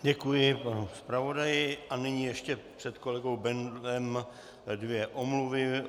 Děkuji panu zpravodaji a nyní ještě před kolegou Bendlem dvě omluvy.